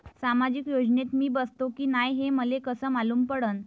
सामाजिक योजनेत मी बसतो की नाय हे मले कस मालूम पडन?